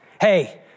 Hey